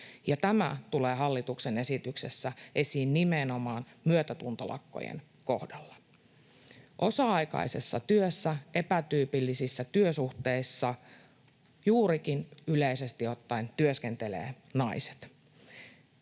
tämä tulee hallituksen esityksessä esiin nimenomaan myötätuntolakkojen kohdalla. Osa-aikaisessa työssä, epätyypillisissä työsuhteissa yleisesti ottaen työskentelevät